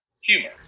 humor